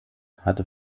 hatte